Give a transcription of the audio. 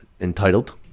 entitled